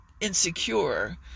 insecure